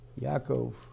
Yaakov